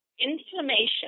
inflammation